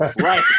right